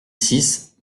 six